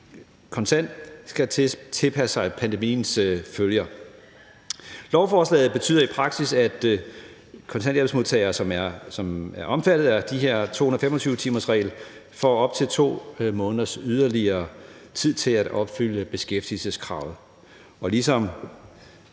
konstant skal tilpasse sig pandemiens følger. Lovforslaget betyder i praksis, at kontanthjælpsmodtagere, som er omfattet af den her 225-timersregel, får op til 2 måneder yderligere til at opfylde beskæftigelseskravet.